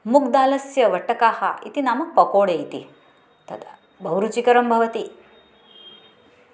मुग्दालस्य वटकाः इति नाम पकोडे इति तद् बहुरुचिकरं भवति